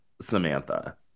Samantha